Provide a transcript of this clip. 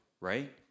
right